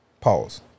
Pause